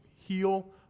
heal